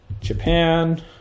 Japan